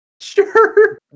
Sure